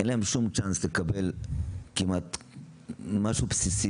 אין להם כמעט שום צ'אנס לקבל משהו בסיסי